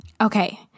Okay